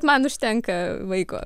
man užtenka vaiko